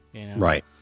Right